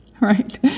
right